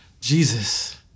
Jesus